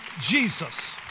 Jesus